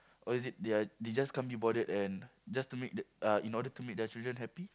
or is it they are they just can't be bothered and just to make the uh in order to make their children happy